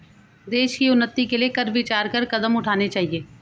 देश की उन्नति के लिए कर विचार कर कदम उठाने चाहिए